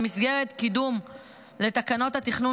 במסגרת קידום תיקון לתקנות התכנון